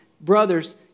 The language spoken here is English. brother's